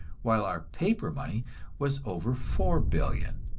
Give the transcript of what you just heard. while our paper money was over four billion.